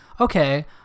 okay